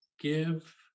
give